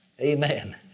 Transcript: Amen